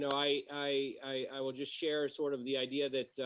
i i will just share sort of the idea that,